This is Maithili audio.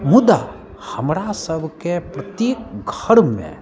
मुदा हमरा सभकेँ प्रत्येक घरमे